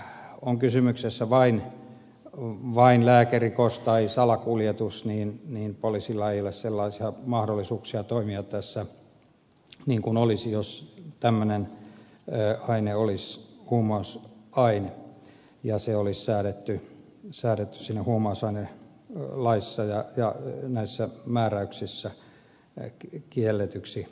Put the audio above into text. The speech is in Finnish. kun on kysymyksessä vain lääkerikos tai salakuljetus poliisilla ei ole sellaisia mahdollisuuksia toimia tässä kuin olisi jos tämmöinen aine olisi huumausaine ja se olisi säädetty huumausainelaissa ja näissä määräyksissä kielletyksi